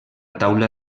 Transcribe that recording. taula